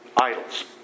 Idols